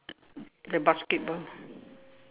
the basketball